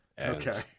Okay